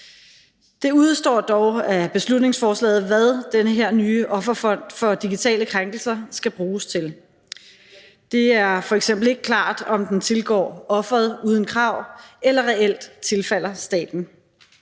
Det udestår dog i beslutningsforslaget, hvad den her nye offerfond for digitale krænkelser skal bruges til. Det er f.eks. ikke klart, om den tilgår offeret uden krav eller reelt tilfalder staten.